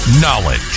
Knowledge